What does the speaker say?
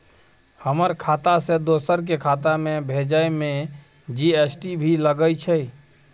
हमर खाता से दोसर के खाता में भेजै में जी.एस.टी भी लगैछे?